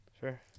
Sure